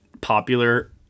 popular